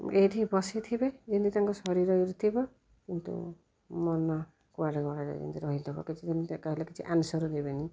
ଏଇଠି ବସିଥିବେ ଯେମିତି ତାଙ୍କ ଶରୀର ଏଇଠି ଥିବ କିନ୍ତୁ ମନ କୁଆଡ଼େ କୁଆଡଡ଼େ ଯେମିତି ରହିଥିବ କିଛି ଯେମିତି କହିଲେ କିଛି ଆନ୍ସର୍ ଦେବେନି